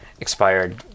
expired